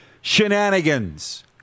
Shenanigans